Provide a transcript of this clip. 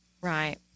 Right